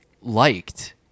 liked